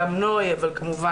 גם עם נוי סופר,